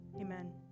Amen